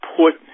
put